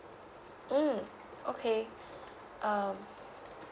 mm okay um